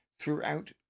throughout